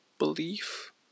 belief